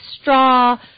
straw